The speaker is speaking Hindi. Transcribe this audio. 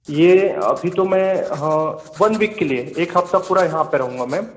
ये अभी तो मैं वन विक के लिए है एक हफ़्ता पूरा यहाँ पर रहूँगा मैं